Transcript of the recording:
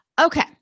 Okay